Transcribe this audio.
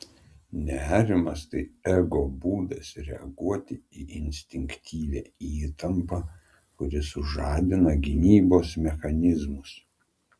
nerimas tai ego būdas reaguoti į instinktyvią įtampą kuri sužadina gynybos mechanizmus